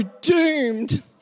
doomed